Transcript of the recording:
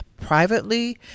privately